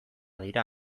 dira